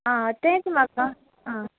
आं तेंच म्हाका आं